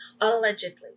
allegedly